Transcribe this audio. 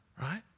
right